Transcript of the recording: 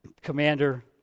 commander